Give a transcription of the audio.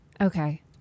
okay